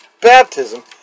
baptism